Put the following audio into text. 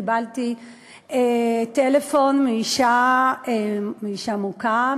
קיבלתי טלפון מאישה מוכה,